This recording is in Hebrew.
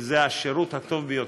שזה השירות הטוב ביותר.